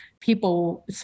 people